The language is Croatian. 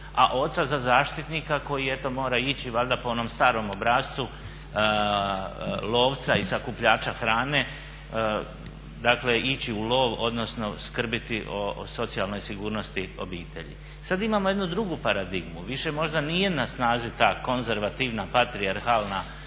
a oca za zaštitnika koji eto mora ići valjda po onom starom obrascu lovca i sakupljača hrane, dakle ići u lov odnosno skrbiti o socijalnoj sigurnosti obitelji. Sada imamo jednu drugu paradigmu, više možda nije na snazi ta konzervativna patrijarhalna